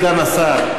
סגן השר,